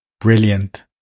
brilliant